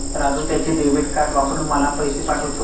राजू त्याचे debit card वापरून मला पैसे पाठवतो